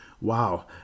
Wow